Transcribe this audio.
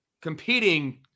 competing